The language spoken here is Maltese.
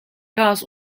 każ